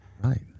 Right